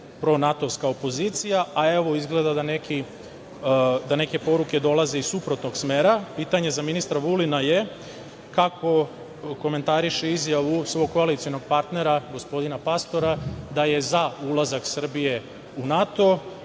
pronatovska opozicija, a evo izgleda da neke poruke dolaze iz suprotnog smera. Pitanje za ministra Vulina je - kako komentariše izjavu svog koalicionog partnera, gospodina Pastora, da je za ulazak Srbije u NATO